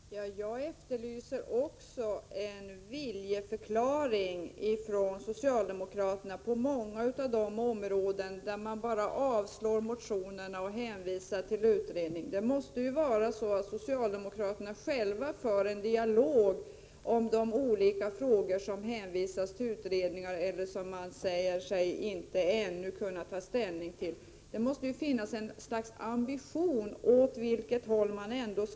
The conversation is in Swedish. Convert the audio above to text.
Herr talman! Jag efterlyser också en viljeförklaring från socialdemokraterna på många av de områden där de bara avstyrker motioner med hänvisning till utredningar. Socialdemokraterna måste ju själva föra en dialog om de olika frågor där de hänvisar till utredningar eller där de säger sig ännu inte kunna ta ställning. Det måste ju ändå finnas någon ambition när det gäller åt vilket håll de skall gå.